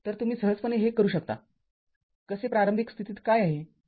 तर तुम्ही सहजपणे हे करू शकता कसे प्रारंभिक परिस्थिती काय आहे बरोबर